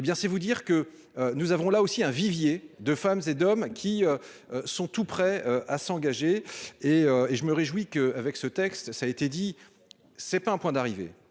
si vous dire que nous avons là aussi un vivier de femmes et d'hommes qui. Sont tous prêts à s'engager et et je me réjouis que avec ce texte, ça a été dit, c'est pas un point d'arrivée,